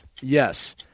Yes